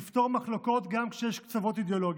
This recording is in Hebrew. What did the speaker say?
לפתור מחלוקות גם כשיש קצוות אידיאולוגיים.